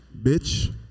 bitch